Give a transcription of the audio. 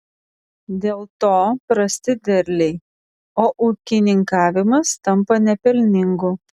dėl to prasti derliai o ūkininkavimas tampa nepelningu